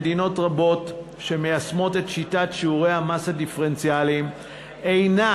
כי מדינות רבות שמיישמות את שיטת שיעורי המס הדיפרנציאליים אינן,